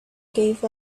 gave